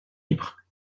libres